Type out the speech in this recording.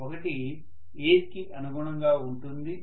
ఒకటి ఎయిర్ కి అనుగుణంగా ఉంటుంది